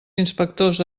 inspectors